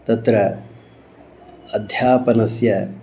तत्र अध्यापनस्य